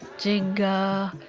jinga,